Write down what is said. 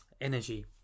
energy